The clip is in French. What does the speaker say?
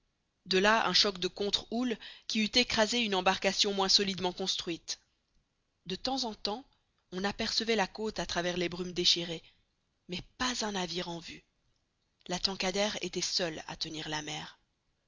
de là un choc de contre houles qui eût écrasé une embarcation moins solidement construite de temps en temps on apercevait la côte à travers les brumes déchirées mais pas un navire en vue la tankadère était seule à tenir la mer